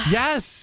yes